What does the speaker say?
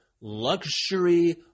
luxury